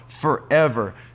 forever